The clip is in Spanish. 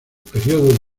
periodo